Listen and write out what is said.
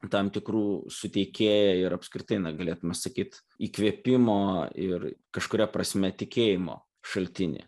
tam tikrų suteikėjo ir apskritai na galėtume sakyt įkvėpimo ir kažkuria prasme tikėjimo šaltinį